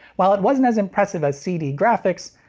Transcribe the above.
while it wasn't as impressive as cd-graphics.